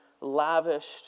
lavished